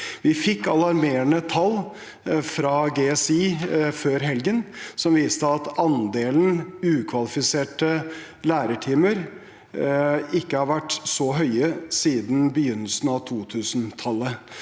Vi fikk alarmerende tall fra GSI før helgen, som viste at andelen ukvalifiserte lærertimer ikke har vært så høy siden begynnelsen av 2000-tallet.